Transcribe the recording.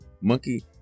monkey